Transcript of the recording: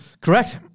Correct